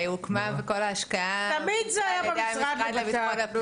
הפנים הרשות --- הוקמה --- למשרד לביטחון הפנים.